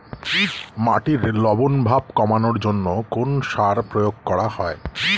মাটির লবণ ভাব কমানোর জন্য কোন সার প্রয়োগ করা হয়?